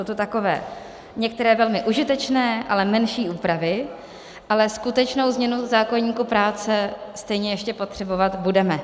Jsou to takové některé velmi užitečné, ale menší úpravy, ale skutečnou změnu zákoníku práce stejně ještě potřebovat budeme.